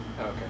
Okay